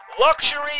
luxury